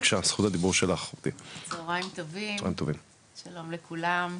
צהריים טובים, שלום לכולם,